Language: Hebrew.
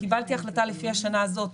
קיבלתי החלטה לפי השנה הזאת,